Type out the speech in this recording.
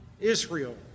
Israel